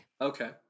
Okay